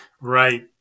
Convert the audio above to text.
right